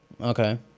Okay